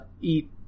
eat